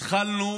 התחלנו